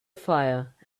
fire